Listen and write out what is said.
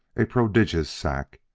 a prodigious sack,